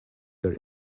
their